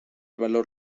valor